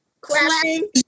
clapping